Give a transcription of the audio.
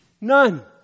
None